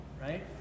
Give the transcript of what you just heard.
right